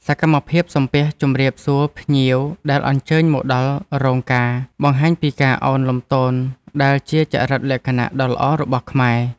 សកម្មភាពសំពះជម្រាបសួរភ្ញៀវដែលអញ្ជើញមកដល់រោងការ បង្ហាញពីការអោនលំទោនដែលជាចរិតលក្ខណៈដ៏ល្អរបស់ខ្មែរ។